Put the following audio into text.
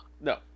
No